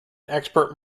expert